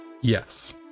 yes